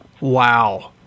Wow